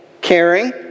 caring